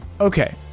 Okay